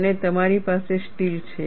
અને તમારી પાસે સ્ટીલ છે